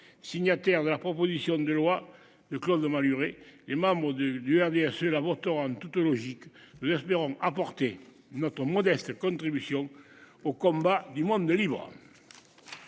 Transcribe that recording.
signataires de la proposition de loi de Claude Malhuret. Les membres du du RDR sur la moto en toute logique, nous espérons apporter notre modeste contribution au combat du monde libre.